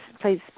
please